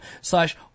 slash